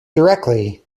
directly